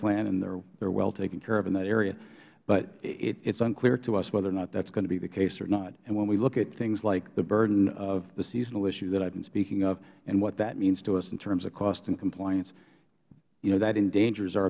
plan and they are well taken care of in that area but it is unclear to us whether or not that is going to be the case or not and when we look at things like the burden of the seasonal issue that i have been speaking of and what that means to us in terms of cost and compliance that endangers our